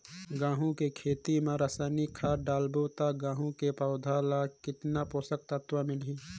गंहू के खेती मां रसायनिक खाद डालबो ता गंहू के पौधा ला कितन पोषक तत्व मिलही?